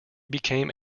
became